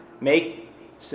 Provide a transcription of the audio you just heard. make